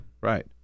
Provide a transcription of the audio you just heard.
right